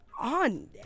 on